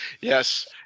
Yes